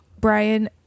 Brian